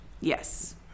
Yes